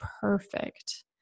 perfect